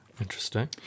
interesting